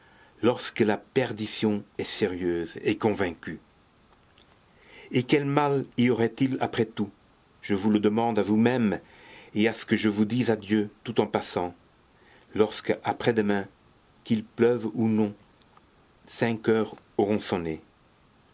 lorsque la perdition est sérieuse et convaincue et quel mal y aurait-il après tout je vous le demande à vous-même à ce que je vous dise adieu tout en passant lorsque après-demain qu'il pleuve ou non cinq heures auront sonné